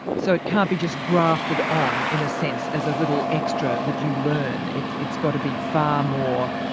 so it can't be just grafted on, in a sense as a little extra that you learn. it's it's got to be far more